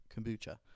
kombucha